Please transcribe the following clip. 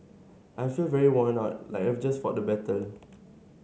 I feel very worn out like I've just fought a battle